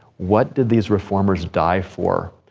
what did these reformers die for,